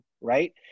right